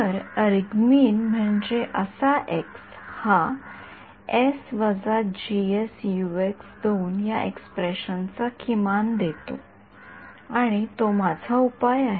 तर अर्गमिन म्हणजे असा एक्स हा या एक्सप्रेशन चा किमान देतो आणि तो माझा उपाय आहे